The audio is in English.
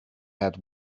had